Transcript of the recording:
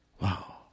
Wow